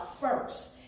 first